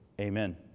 Amen